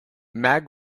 mag